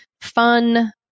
fun